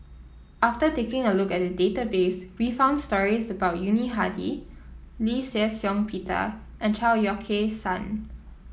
after taking a look at the database we found stories about Yuni Hadi Lee Shih Shiong Peter and Chao Yoke San